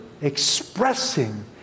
expressing